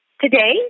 Today